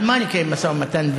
על מה לקיים משא ומתן?